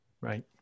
Right